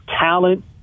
talent